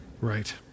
Right